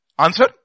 Answer